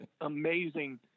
amazing